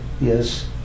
Yes